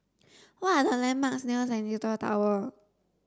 what are the landmarks near Centennial Tower